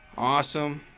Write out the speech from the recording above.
awesome.